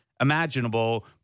imaginable